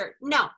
No